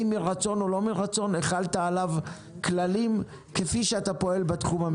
מרצון או לא מרצון החלתם עליו כללים כפי שאתם פועלים בתחום המפוקח?